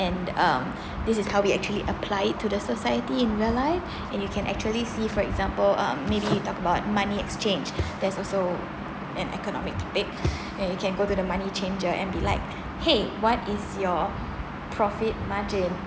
and um this is how we actually apply it to the society in real life and you can actually see for example um maybe you talk about money exchange that's also an economic topic and you can go to the money changer and be like hey what is your profit margin